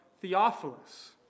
Theophilus